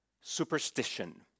superstition